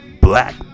black